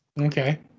Okay